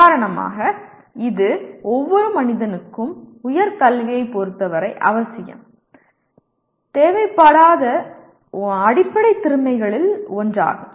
உதாரணமாக இது ஒவ்வொரு மனிதனுக்கும் உயர்கல்வியைப் பொறுத்தவரை அவசியம் தேவைப்படாத அடிப்படை திறமைகளில் ஒன்றாகும்